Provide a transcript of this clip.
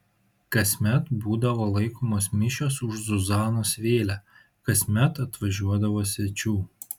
kasmet būdavo laikomos mišios už zuzanos vėlę kasmet atvažiuodavo svečių